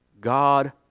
God